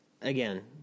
again